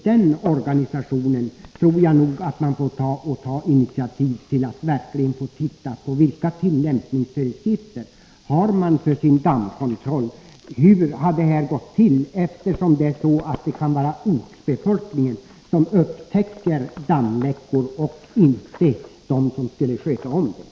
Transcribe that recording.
Den organisationen får nog ta initiativ till en utredning om vilka tillämpningsföreskrifter man har för sin dammkontroll. Hur går den till? Det är ju ortsbefolkningen som upptäcker dammläckor och inte de som skall sköta kontrollen.